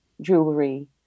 jewelry